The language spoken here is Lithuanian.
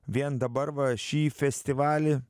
vien dabar va šį festivalį